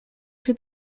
się